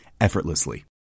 effortlessly